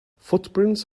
footprints